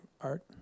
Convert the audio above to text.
art